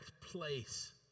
place